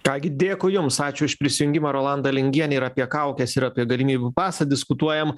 ką gi dėkui jums ačiū už prisijungimą rolanda lingienė ir apie kaukes ir apie galimybių pasą diskutuojam